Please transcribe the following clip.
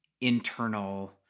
internal